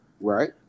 Right